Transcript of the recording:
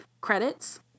credits